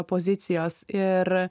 opozicijos ir